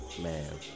Man